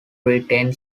retain